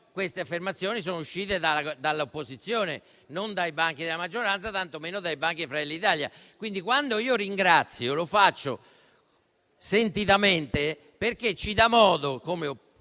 Queste affermazioni sono però uscite dall'opposizione, non dai banchi della maggioranza e tanto meno dai banchi di Fratelli d'Italia. Quando io ringrazio, lo faccio sentitamente, perché ci dà modo, come